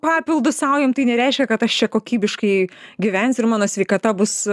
papildus saujom tai nereiškia kad aš čia kokybiškai gyvensiu ir mano sveikata bus